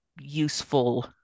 useful